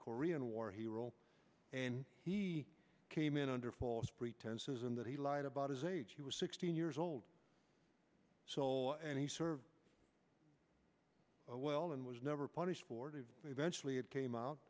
korean war hero and he came in under false pretenses and that he lied about his age he was sixteen years old so and he served well and was never punished for the eventually it came out